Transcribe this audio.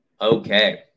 Okay